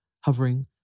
hovering